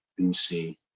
BC